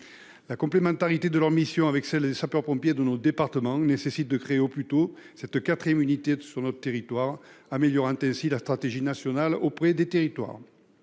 La complémentarité de leurs missions avec celles des sapeurs-pompiers de nos départements nécessite de créer au plus tôt cette quatrième unité, améliorant ainsi la stratégie nationale. Nous ne pouvions